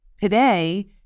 Today